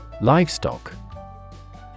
Livestock